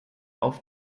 auf